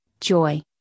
joy